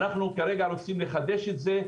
ואנחנו רוצים עכשיו לחדש את זה.